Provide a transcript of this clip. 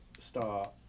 start